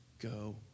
go